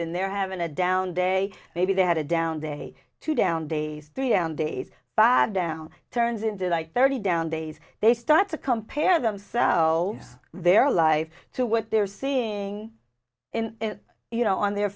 and they're having a down day maybe they had a down day to down days three and days bad down turns into like thirty down days they start to compare themselves their life to what they're seeing in you know on their